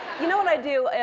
you know what i do?